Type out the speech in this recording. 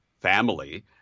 family